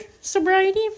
sobriety